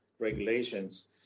regulations